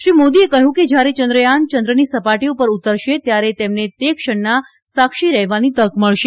તેમણે કહયું કે જયારે ચંદ્રયાન ચંદ્રની સપાટી પર ઉતરશે ત્યારે તેમને તે ક્ષણના સાક્ષી રહેવાની તક મળશે